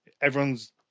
Everyone's